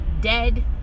dead